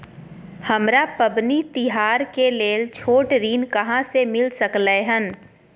हमरा पबनी तिहार के लेल छोट ऋण कहाँ से मिल सकलय हन?